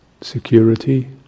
security